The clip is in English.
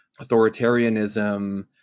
authoritarianism